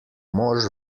mož